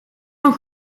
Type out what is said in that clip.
van